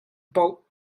poh